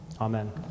Amen